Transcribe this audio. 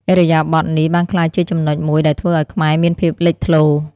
ឥរិយាបថនេះបានក្លាយជាចំណុចមួយដែលធ្វើឱ្យខ្មែរមានភាពលេចធ្លោ។